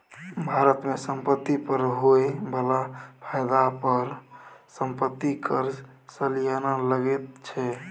भारत मे संपत्ति पर होए बला फायदा पर संपत्ति कर सलियाना लगैत छै